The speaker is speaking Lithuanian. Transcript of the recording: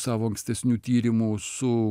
savo ankstesnių tyrimų su